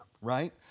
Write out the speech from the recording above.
right